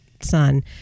son